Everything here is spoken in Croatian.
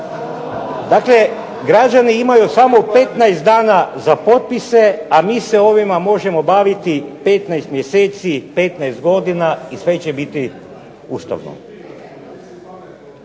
Dakle, građani imaju samo 15 dana za potpise, a mi se ovime možemo baviti 15 mjeseci, 15 godina i sve će biti ustavno.